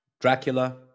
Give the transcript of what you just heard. Dracula